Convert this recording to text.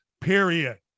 period